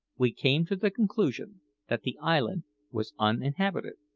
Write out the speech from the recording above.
we came to the conclusion that the island was uninhabited,